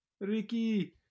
Ricky